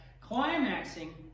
climaxing